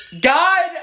God